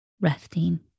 resting